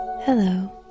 Hello